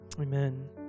Amen